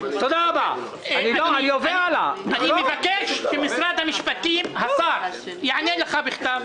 אני מבקש ששר המשפטים יענה לגפני בכתב.